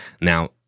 Now